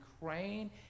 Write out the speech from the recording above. Ukraine